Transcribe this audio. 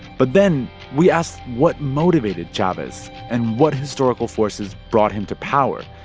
but then we asked, what motivated chavez and what historical forces brought him to power?